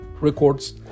records